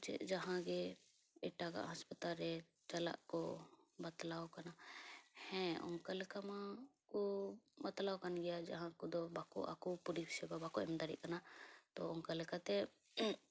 ᱪᱮᱫ ᱡᱟᱦᱟᱸ ᱜᱮ ᱮᱴᱟᱜᱟᱜ ᱦᱟᱥᱯᱟᱛᱟᱞ ᱨᱮ ᱪᱟᱞᱟᱜ ᱠᱚ ᱵᱟᱛᱞᱟᱣ ᱠᱟᱱᱟ ᱦᱮᱸ ᱚᱱᱠᱟ ᱞᱮᱠᱟ ᱢᱟ ᱠᱚ ᱵᱟᱛᱞᱟᱣ ᱠᱟᱱ ᱜᱮᱭᱟ ᱡᱟᱦᱟᱸ ᱠᱚᱫᱚ ᱵᱟᱠᱚ ᱟᱠᱚ ᱯᱚᱨᱤ ᱥᱮᱵᱟ ᱵᱟᱠᱚ ᱮᱢ ᱫᱟᱲᱮᱜ ᱠᱟᱱᱟ ᱛᱚ ᱚᱱᱠᱟ ᱞᱮᱠᱟᱛᱮ